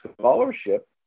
scholarship